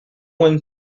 one